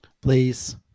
Please